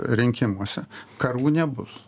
rinkimuose karų nebus